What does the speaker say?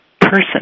person